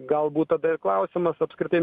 galbūt tada ir klausimas apskritai